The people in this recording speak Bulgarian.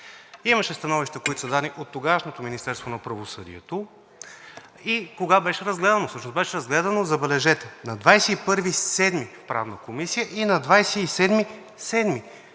Имаше становища, които са дадени от тогавашното Министерство на правосъдието. Кога беше разгледан всъщност? Беше разгледан – забележете, на 21 юли в Правната комисия и на 27